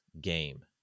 Game